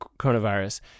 coronavirus